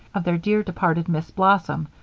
of their dear, departed miss blossom,